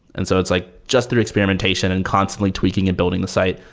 and so it's like just through experimentation and constantly tweaking and building the site,